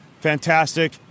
Fantastic